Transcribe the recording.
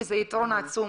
וזה יתרון עצום.